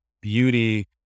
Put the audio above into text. beauty